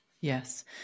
Yes